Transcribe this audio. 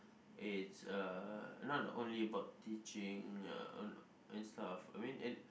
it's uh not only about teaching ya and and stuff I mean and